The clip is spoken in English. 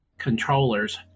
controllers